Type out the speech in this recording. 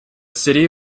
city